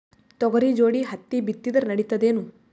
ತೊಗರಿ ಜೋಡಿ ಹತ್ತಿ ಬಿತ್ತಿದ್ರ ನಡಿತದೇನು?